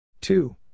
Two